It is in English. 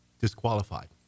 disqualified